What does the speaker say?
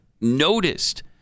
noticed